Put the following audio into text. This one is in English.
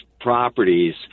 properties